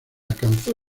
alcanzó